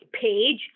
page